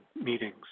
meetings